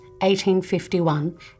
1851